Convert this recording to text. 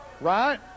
right